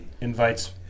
invites